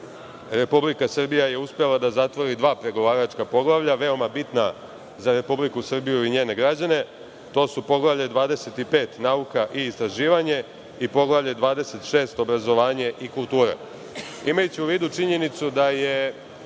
Republika Srbija je uspela da zatvori dva pregovaračka poglavlja veoma bitna za Republiku Srbiju i njene građane. To su Poglavlje 25 – nauka i istraživanje i Poglavlje 26 – obrazovanje i kultura. Imajući u vidu činjenicu da je